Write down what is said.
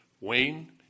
Wayne